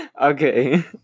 Okay